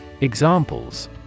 Examples